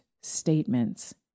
statements